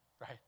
Right